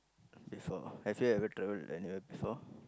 before have you ever travel before